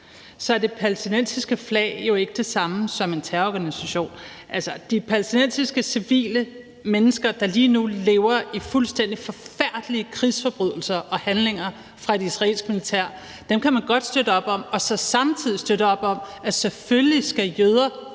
er det palæstinensiske flag jo ikke det samme som en terrororganisation. Altså, de palæstinensiske civile mennesker, der lige nu lever med fuldstændig forfærdelige krigsforbrydelser og handlinger fra et israelsk militær, kan man godt støtte op om og så samtidig støtte op om, at selvfølgelig skal jøder